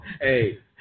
Hey